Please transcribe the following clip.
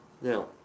Now